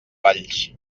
valls